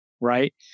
right